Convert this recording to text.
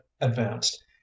advanced